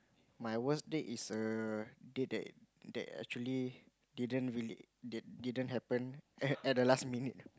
my worst date is err date that that actually didn't really did didn't happen at at the last minute